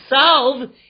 solve